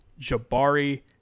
Jabari